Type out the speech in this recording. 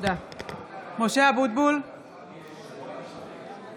(קוראת בשמות חברי הכנסת)